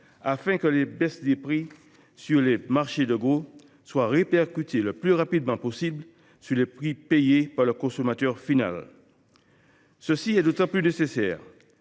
afin que les baisses de prix sur les marchés de gros soient répercutées le plus rapidement possible sur les montants payés par le consommateur final. Cette action est d’autant plus nécessaire